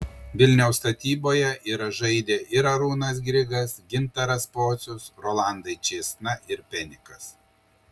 vilniaus statyboje yra žaidę ir arūnas grigas gintaras pocius rolandai čėsna ir penikas